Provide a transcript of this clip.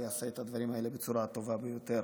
הוא יעשה את הדברים האלה בצורה הטובה ביותר.